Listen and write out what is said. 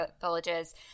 villages